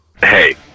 hey